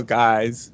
guys